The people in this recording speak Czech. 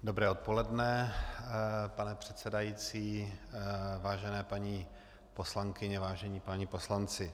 Dobré odpoledne, pane předsedající, vážené paní poslankyně, vážení páni poslanci.